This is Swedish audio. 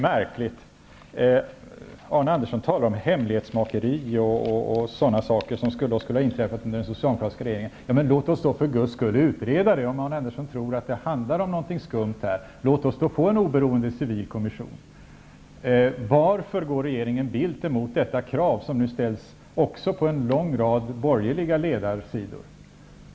Arne Andersson talar om hemlighetsmakeri, som skulle ha varit under den socialdemokratiska regeringen. Men låt oss för Guds skull utreda det! Om Arne Andersson tror att det handlar om någonting skumt, låt oss då få en oberoende civil kommission. Varför går regeringen Bildt emot detta krav som nu ställs även på en lång rad borgerliga ledarsidor?